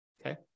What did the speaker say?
Okay